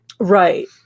Right